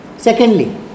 secondly